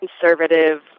conservative